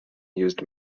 used